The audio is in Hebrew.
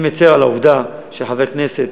אני מצר על העובדה שחבר כנסת